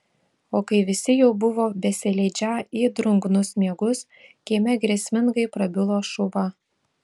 o kai visi jau buvo besileidžią į drungnus miegus kieme grėsmingai prabilo šuva